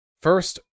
first